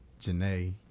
Janae